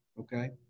okay